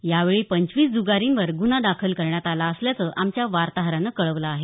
यावेळी पंचवीस जुगारींवर गुन्हा दाखल करण्यात आला असल्याचं आमच्या वार्ताहरानं कळवलं आहे